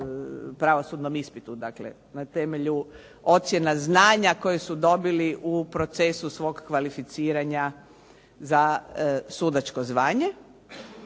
pravosudnom ispitu. Dakle, na temelju ocjena znanja koje su dobili u procesu svog kvalificiranja za sudačko zvanje.